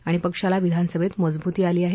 आणि पक्षाला विधानसभेत मजब्ती आली आहे